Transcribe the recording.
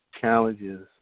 challenges